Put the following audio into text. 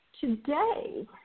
today